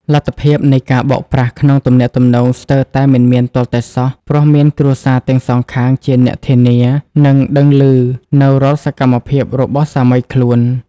លទ្ធភាពនៃការបោកប្រាស់ក្នុងទំនាក់ទំនងស្ទើរតែមិនមានទាល់តែសោះ ព្រោះមានគ្រួសារទាំងសងខាងជាអ្នកធានា និងដឹងឮនូវរាល់សកម្មភាពរបស់សាមីខ្លួន។